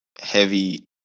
heavy